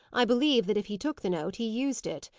i believe that, if he took the note, he used it.